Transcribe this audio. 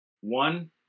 One